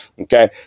Okay